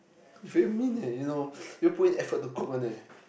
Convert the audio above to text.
it's very mean eh you know you don't put in effort to cook one eh